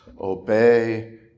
obey